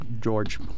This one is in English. George